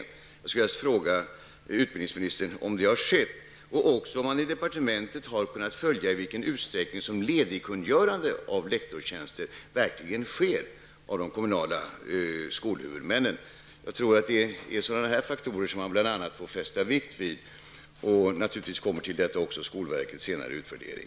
Jag skulle vilja fråga utbildningsministern om så har skett, och om man inom departementet har kunnat följa i vilken utsträckning som ledigkungörande när det gäller lektorstjänster verkligen förekommer på initiativ av de lokala skolhuvudmännen. Jag tror att det är bl.a. faktorer av den här typen som man måste fästa vikt vid. Till detta kommer också bl.a. skolverkets senare utvärdering.